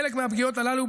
חלק מהפגיעות הללו,